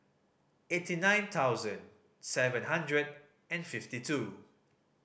eighty nine thousand seven hundred and fifty two